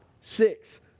six